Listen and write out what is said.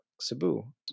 Cebu